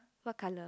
what color